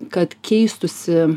kad keistųsi